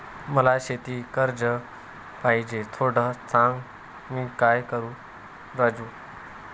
मला शेती कर्ज पाहिजे, थोडं सांग, मी काय करू राजू?